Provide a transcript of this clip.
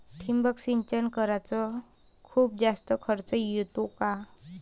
ठिबक सिंचन कराच खूप जास्त खर्च येतो का?